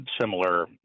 similar